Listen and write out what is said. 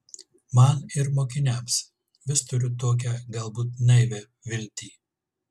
man ir mokiniams vis turiu tokią galbūt naivią viltį